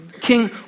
king